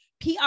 PR